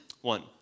One